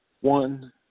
one